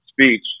speech